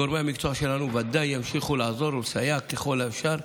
גורמי המקצוע שלנו ודאי ימשיכו לעזור ולסייע ככל האפשר,